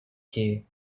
key